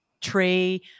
tree